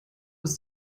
ist